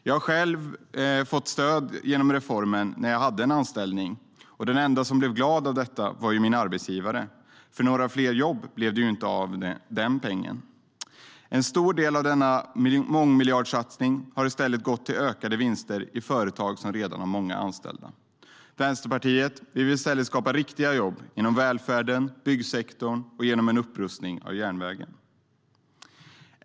Jag har själv fått stöd av reformen när jag hade en anställning. Den enda som blev glad för detta var min arbetsgivare, för några fler jobb blev det ju inte av den pengen. En stor del av denna mångmiljardsatsning har gått till ökade vinster i företag som redan har många anställda. Vänsterpartiet vill i stället skapa riktiga jobb inom välfärden och byggsektorn och genom en upprustning av järnvägen.